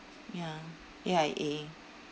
ya A_I_A